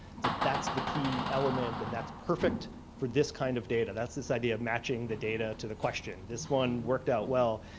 that's the key element and that's perfect for this kind of data that's this idea of matching the data to the question this one worked out well.